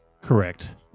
Correct